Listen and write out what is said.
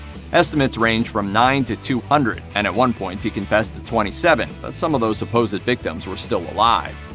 estimates range from nine to two hundred and at one point he confessed to twenty seven, but some of those supposed victims were still alive.